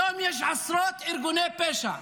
היום יש עשרות ארגוני פשע,